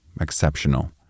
exceptional